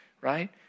Right